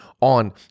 on